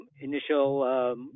initial